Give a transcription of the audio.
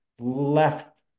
left